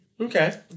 Okay